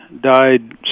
died